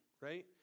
right